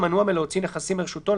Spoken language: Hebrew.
מלהוציא נכסים מרשותו,